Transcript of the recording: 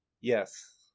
Yes